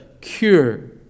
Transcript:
cure